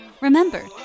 Remember